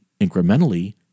incrementally